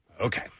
Okay